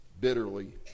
bitterly